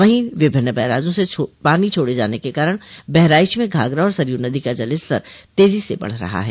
वहीं विभिन्न बैराजों से पानी छोड़े जाने के कारण बहराइच में घाघरा और सरयू नदी का जल स्तर तेजी से बढ़ रहा है